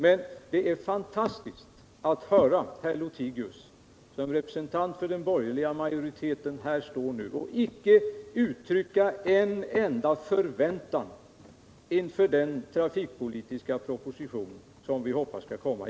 Det är emellertid fantastiskt att höra herr Lothigius i hans egenskap av representant för den borgerliga majoriteten stå här och icke uttrycka en enda förväntan inför den trafikpolitiska proposition som vi önskar skall komma.